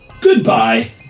Goodbye